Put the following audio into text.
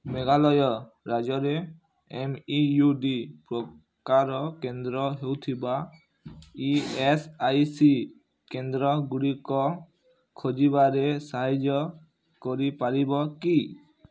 ମେଘାଲୟ ରାଜ୍ୟରେ M E U D ପ୍ରକାର କେନ୍ଦ୍ର ହେଉଥିବା ଇ ଏସ୍ ଆଇ ସି କେନ୍ଦ୍ରଗୁଡ଼ିକ ଖୋଜିବାରେ ସାହାଯ୍ୟ କରିପାରିବ କି